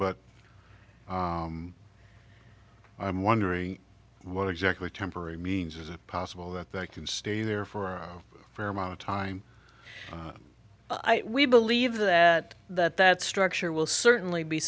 but i'm wondering what exactly temporary means is it possible that that can stay there for a fair amount of time we believe that that that structure will certainly be